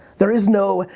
there is no,